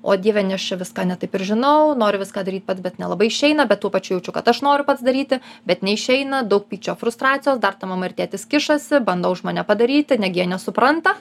o dieve ne aš čia viską ne taip ir žinau noriu viską daryt pats bet nelabai išeina bet tuo pačiu jaučiu kad aš noriu pats daryti bet neišeina daug pykčio frustracijos dar ta mama ir tėtis kišasi bando už mane padaryti negi jie nesupranta